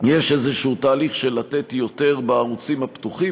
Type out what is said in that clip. יש איזה תהליך של לתת יותר בערוצים הפתוחים.